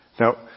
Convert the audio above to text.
Now